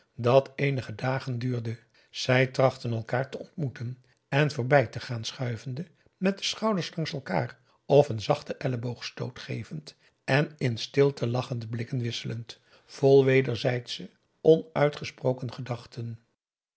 dat eenige dagen duurde zij trachtten elkaar te ontmoeten en voorbij te gaan schuivende met de schouders langs elkaar of een zachten elleboogstoot gevend en in stilte lachende blikken wisselend vol wederzijdsche onuitgesproken gedachten